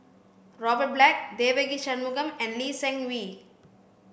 Robert Black Devagi Sanmugam and Lee Seng Wee